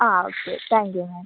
ആ okay thank you ma'am